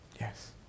Yes